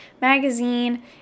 magazine